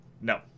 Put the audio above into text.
No